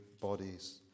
bodies